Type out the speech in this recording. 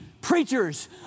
preachers